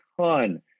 ton